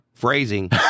phrasing